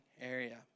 area